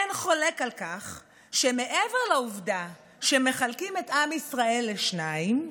אין חולק על כך שמעבר לעובדה שמחלקים את עם ישראל לשניים,